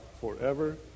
forever